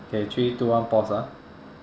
okay three two one pause ah